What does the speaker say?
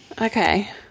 Okay